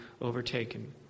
overtaken